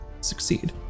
Succeed